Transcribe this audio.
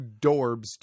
Dorbs